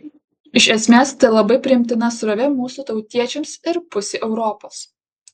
iš esmės tai labai priimtina srovė mūsų tautiečiams ir pusei europos